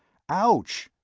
ouch!